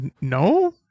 No